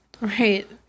Right